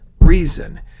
reason